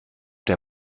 der